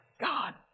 God